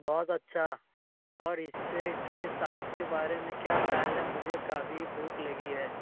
بہت اچھا اور اِس سے کہ سائز کے بارے میں کیا خیال ہے مجھے کافی بھوک لگی ہے